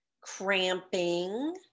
cramping